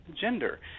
gender